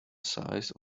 size